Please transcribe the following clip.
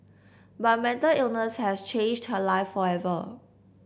but mental illness has changed her life forever